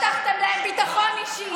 הבטחתם להם ביטחון אישי,